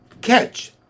Catch